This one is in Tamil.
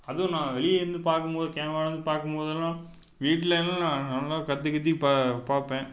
அதுவும் நான் வெளியே இருந்து பார்க்கும்போது கேமராவில் இருந்து பார்க்கும்போதலாம் வீட்லல்லாம் நான் நல்லா கத்திகத்தி பாப் பார்ப்பேன்